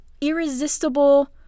irresistible